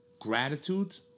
gratitude